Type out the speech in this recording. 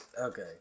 Okay